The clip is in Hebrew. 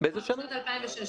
בשנת 2016,